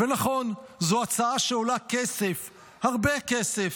נכון, זאת הצעה שעולה כסף, הרבה כסף.